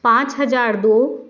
पाँच हज़ार दो